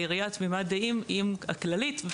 שהעירייה תמימת דעים עם הכללית,